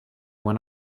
when